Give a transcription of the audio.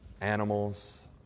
animals